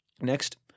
Next